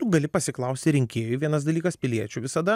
gali pasiklausti rinkėjų vienas dalykas piliečių visada